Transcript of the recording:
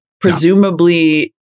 presumably